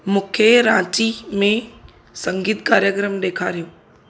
मूंखे रांची में संगीत कार्यक्रम ॾेखारियो